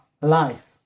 life